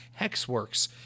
Hexworks